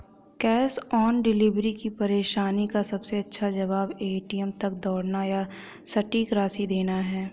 cash on delivery की परेशानी का सबसे अच्छा जवाब, ए.टी.एम तक दौड़ना या सटीक राशि देना है